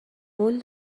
قول